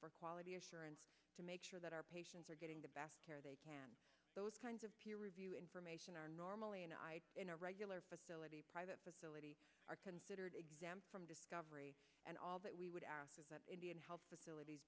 for quality assurance to make sure that our patients are getting the best care they can those kinds of information are normally in a regular facility private facility are considered exempt from discovery and all that we would be in health facilities